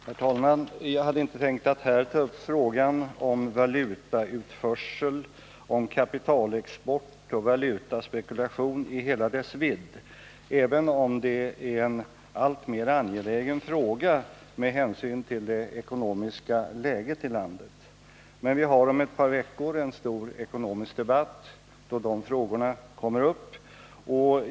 Herr talman! Jag hade inte tänkt att här ta upp frågan om valutautförsel, kapitalexport och valutaspekulation i hela dess vidd, även om det är en alltmer angelägen fråga med hänsyn till det ekonomiska läget i landet. Men vi har om ett par veckor en stor ekonomisk debatt. då sådana frågor kommer upp.